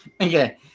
Okay